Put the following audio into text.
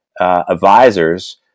advisors